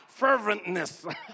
ferventness